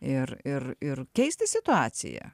ir ir ir keisti situaciją